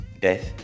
death